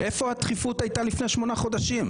איפה הדחיפות הייתה לפני שמונה חודשים?